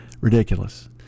Ridiculous